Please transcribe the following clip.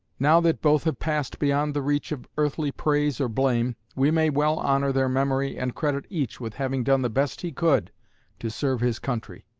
now that both have passed beyond the reach of earthly praise or blame, we may well honor their memory and credit each with having done the best he could to serve his country.